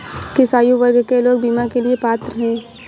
किस आयु वर्ग के लोग बीमा के लिए पात्र हैं?